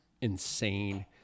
insane